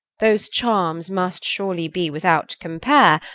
those charms must surely be without compare,